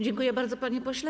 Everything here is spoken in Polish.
Dziękuję bardzo, panie pośle.